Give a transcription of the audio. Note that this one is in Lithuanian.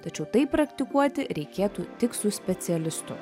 tačiau tai praktikuoti reikėtų tik su specialistu